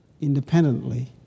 independently